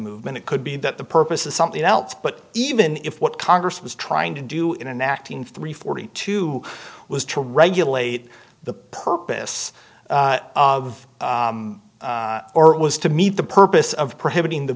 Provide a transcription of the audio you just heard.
movement it could be that the purpose is something else but even if what congress was trying to do in an act in three forty two was to regulate the purpose of or it was to meet the purpose of prohibiting the